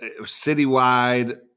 citywide